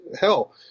hell